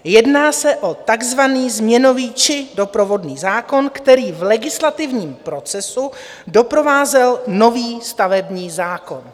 Jedná se o takzvaný změnový či doprovodný zákon, který v legislativním procesu doprovázel nový stavební zákon.